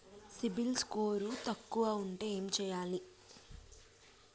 CIBIL score తక్కువ ఉంటే ఏం చేయాలి?